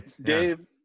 dave